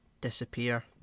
Disappear